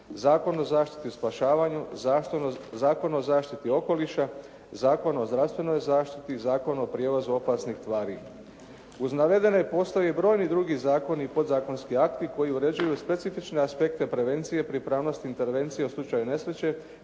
Zakon o zaštiti i spašavanju, Zakon o zaštiti okoliša, Zakon o zdravstvenoj zaštiti, Zakon o prijevozu opasnih tvari. Uz navedene, postoje i brojni drugi zakoni i podzakonski akti koji uređuju specifične aspekte prevencije, pripravnost intervencije u slučaju nesreće